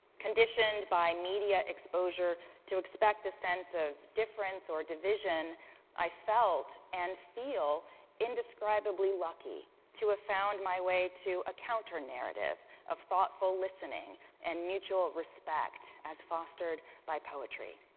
condition by media exposure to expect a sense of difference or division i felt and feel indescribably lucky to have found my way to a counter narrative of thoughtful listening and mutual respect as fostered by poetry.